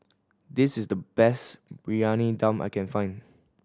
this is the best Briyani Dum I can find